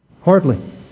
Hardly